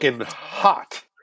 hot